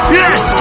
yes